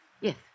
yes